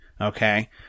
Okay